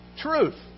truth